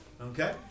Okay